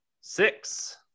six